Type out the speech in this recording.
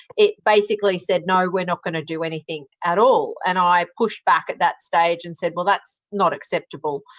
it basically said no, we're not going to do anything at all and i pushed back at that stage and said well that's not acceptable.